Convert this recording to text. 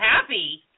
happy